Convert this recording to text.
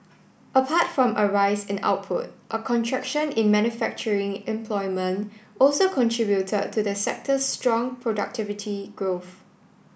apart from a rise in output a contraction in manufacturing employment also contributed to the sector's strong productivity growth